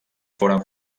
foren